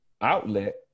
outlet